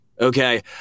Okay